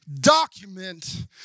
document